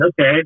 okay